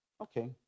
Okay